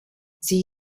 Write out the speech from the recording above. sie